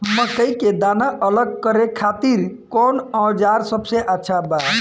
मकई के दाना अलग करे खातिर कौन औज़ार सबसे अच्छा बा?